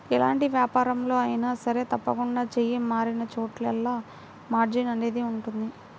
ఎలాంటి వ్యాపారంలో అయినా సరే తప్పకుండా చెయ్యి మారినచోటల్లా మార్జిన్ అనేది ఉంటది